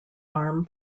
arm